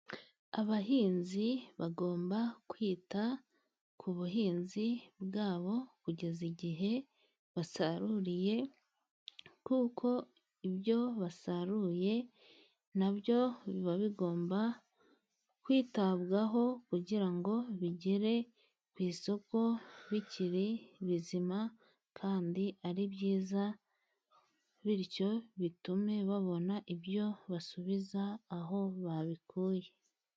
Abahinzi bagomba kwita ku buhinzi bwabo, kugeza igihe basaruriye kuko ibyo basaruye na byo biba bigomba kwitabwaho, kugira ngo bigere ku isoko bikiri bizima kandi ari byiza, bityo bitume babona ibyo basubiza aho babikuye.